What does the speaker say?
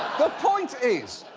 the point is,